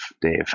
Dave